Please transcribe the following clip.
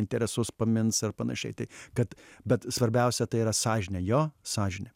interesus pamins ar panašiai tai kad bet svarbiausia tai yra sąžinė jo sąžinė